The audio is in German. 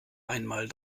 einmal